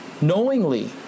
knowingly